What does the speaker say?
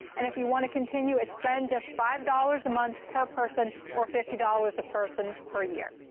and if you want to continue, it's then just five dollars a month per person, or fifty dollars a person per year.